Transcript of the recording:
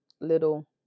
little